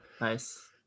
Nice